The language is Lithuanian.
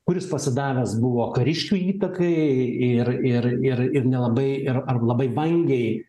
kuris pasidavęs buvo kariškių įtakai ir ir ir ir nelabai ir ar labai vangai